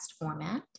format